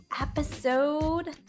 episode